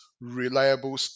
reliable